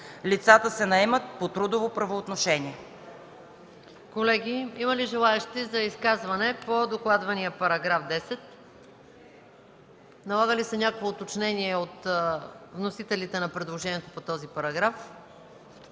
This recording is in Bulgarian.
Лицата се наемат по трудово правоотношение.”